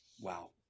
wow